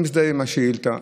אני מזדהה עם השאילתה.